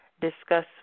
discuss